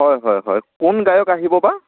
হয় হয় হয় কোন গায়ক আহিব বা